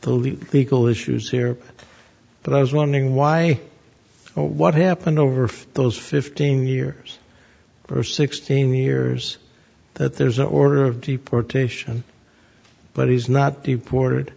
the legal issues here but i was wondering why what happened over those fifteen years for sixteen years that there's an order of deportation but he's not poured